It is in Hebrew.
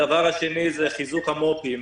דבר שני הוא חיזוק המו"פים.